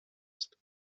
ist